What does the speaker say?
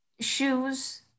shoes